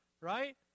right